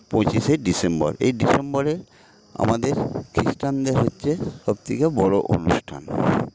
পঁচিশে ডিসেম্বর এই ডিসেম্বরে আমাদের খ্রিস্টানদের হচ্ছে সবথেকে বড়ো অনুষ্ঠান